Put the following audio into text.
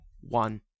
one